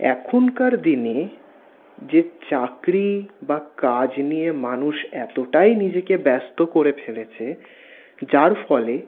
এখনকার দিনে যে চাকরি বা কাজ নিয়ে মানুষ এতটাই নিজেকে ব্যস্ত করে ফেলেছে যার ফলে